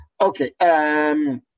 Okay